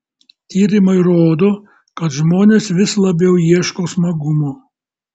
tyrimai rodo kad žmonės vis labiau ieško smagumo